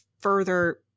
further